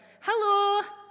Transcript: hello